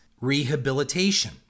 rehabilitation